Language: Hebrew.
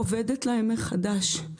אובדת להם מחדש.